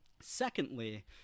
Secondly